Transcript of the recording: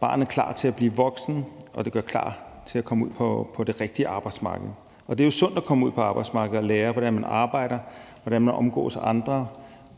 gør barnet klar til at blive voksen, og det gør barnet klar til at komme ud på det rigtige arbejdsmarked. Og det er sundt at komme ud på arbejdsmarkedet og lære, hvordan man arbejder, hvordan man omgås andre,